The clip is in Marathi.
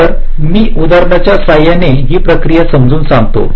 तर मी उदाहरणाच्या साहाय्याने ही प्रक्रिया समजून सांगतो